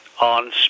on